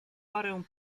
parę